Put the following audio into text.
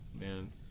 Man